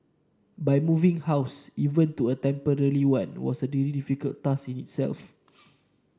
but moving house even to a temporary one was a really difficult task in itself